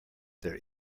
there